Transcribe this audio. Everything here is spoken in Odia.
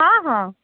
ହଁ ହଁ